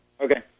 Okay